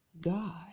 God